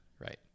right